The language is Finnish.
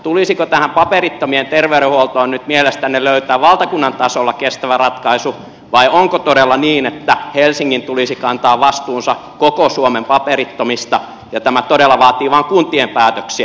tulisiko tähän paperittomien terveydenhuoltoon nyt mielestänne löytää valtakunnan tasolla kestävä ratkaisu vai onko todella niin että helsingin tulisi kantaa vastuunsa koko suomen paperittomista ja tämä todella vaatii vain kuntien päätöksiä